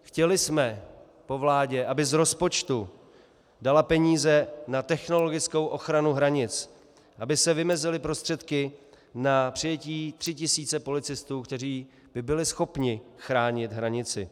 Chtěli jsme po vládě, aby z rozpočtu dala peníze na technologickou ochranu hranic, aby se vymezily prostředky na přijetí 3 000 policistů, kteří by byli schopni chránit hranici.